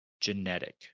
genetic